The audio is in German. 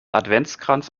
adventskranz